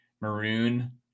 maroon